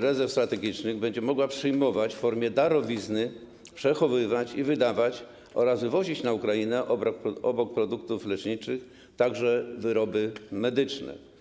Rezerw Strategicznych będzie mogła przyjmować w formie darowizny, przechowywać i wydawać oraz wywozić na Ukrainę obok produktów leczniczych także wyroby medyczne.